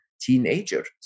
teenagers